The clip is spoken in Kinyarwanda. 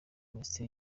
minisiteri